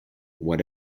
what